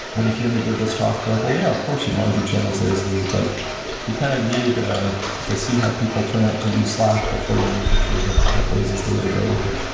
when you hear me give this talk, you're like, well, yeah. of course, you'd want to do channels lazily, but you kind of need ah to see how people turn out to use slack before you know for sure that that lazy is the way to go with it.